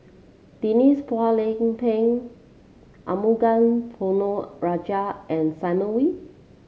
Denise Phua Lay Peng Arumugam Ponnu Rajah and Simon Wee